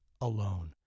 alone